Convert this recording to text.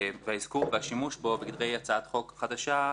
והאזכור והשימוש בו בהצעת חוק חדשה,